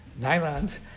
Nylons